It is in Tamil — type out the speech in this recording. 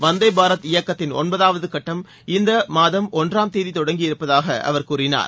வந்தே பாரத் இயக்கத்தின் ஒன்பதாவது கட்டம் இம்மாதம் ஒன்றாம் தேதி தொடங்கியிருப்பதாக அவர் கூறினார்